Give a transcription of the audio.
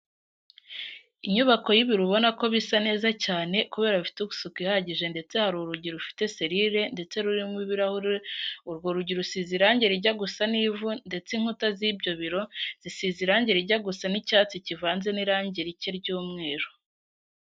Inyubako y'ibiro ubona ko bisa neza cyane kubera bifite isuku ihagije ndetse hari urugi rufite serire ndetse rurimo ibirahure, urwo rugi rusize irange rijya gusa n'ivu ndetse inkuta z'ibyo biro zisize irange rijya gusa n'icyatsi kivanze n'irange rike ry'umweru.